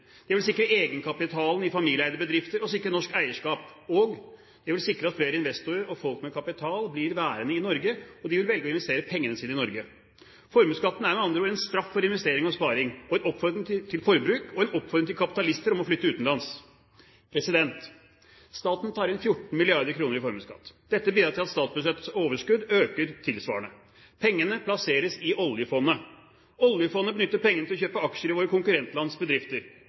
Det vil sikre egenkapitalen i familieeide bedrifter og sikre norsk eierskap. Det vil også sikre at flere investorer og folk med kapital blir værende i Norge, og at de vil velge å investere pengene sine i Norge. Formuesskatten er med andre ord en straff for investering og sparing, en oppfordring til forbruk og en oppfordring til kapitalister om å flytte utenlands. Staten tar inn 14 mrd. kr i formuesskatt. Dette bidrar til at statsbudsjettets overskudd øker tilsvarende. Pengene plasseres i oljefondet. Oljefondet bruker pengene til å kjøpe aksjer i våre konkurrentlands bedrifter.